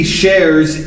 shares